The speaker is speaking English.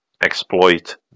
exploit